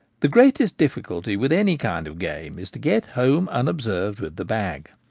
the greatest difficulty with any kind of game is to get home unobserved with the bag.